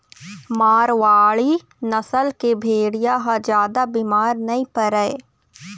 मारवाड़ी नसल के भेड़िया ह जादा बिमार नइ परय